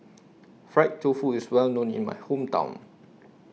Fried Tofu IS Well known in My Hometown